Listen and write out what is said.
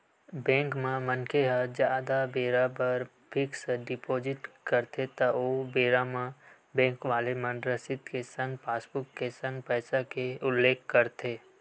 bank म मनखे ह जादा बेरा बर फिक्स डिपोजिट करथे त ओ बेरा म बेंक वाले मन रसीद के संग पासबुक के संग पइसा के उल्लेख करथे